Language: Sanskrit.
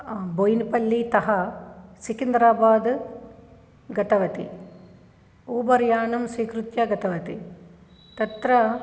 बोयिन्पल्लितः सिकिन्द्राबाद् गतवति ऊबर् यानं स्वीकृत्य गतवति तत्र